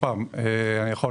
יכול להיות.